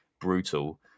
brutal